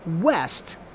west